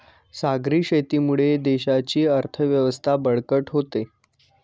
सागरी शेतीमुळे देशाची अर्थव्यवस्था बळकट होते